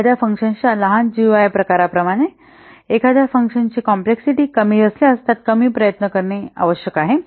एखाद्या फंक्शनच्या लहान जीयूआय प्रकाराप्रमाणे एखाद्या फंक्शनची कॉम्प्लेक्सिटी कमी असल्यास त्यास कमी प्रयत्न करणे आवश्यक आहे